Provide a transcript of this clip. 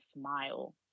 smile